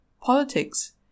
politics